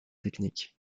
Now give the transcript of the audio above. techniques